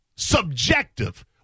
Subjective